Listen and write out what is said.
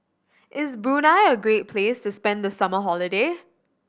is Brunei a great place to spend the summer holiday